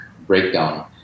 breakdown